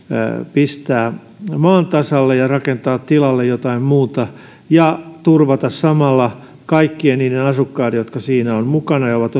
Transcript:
pistää maan tasalle ja rakentaa tilalle jotain muuta ja turvata samalla myös kaikkien niiden asukkaiden edut jotka siinä ovat mukana ja ovat